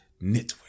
Network